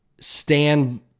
stand